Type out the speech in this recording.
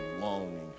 longing